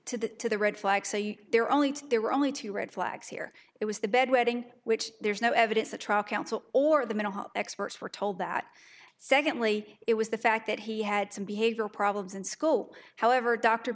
to the to the red flags there are only two there were only two red flags here it was the bedwetting which there's no evidence the trial counsel or the middle experts were told that secondly it was the fact that he had some behavioral problems in school however dr